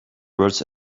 words